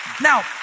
now